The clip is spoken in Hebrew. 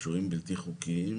שוהים בלתי חוקיים,